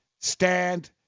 stand